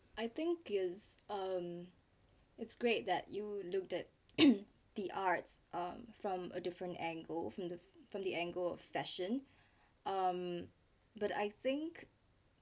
I think is um it's great that you looked at in the arts um from a different angle from the from the angle of fashion um but I think